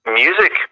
music